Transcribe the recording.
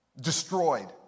destroyed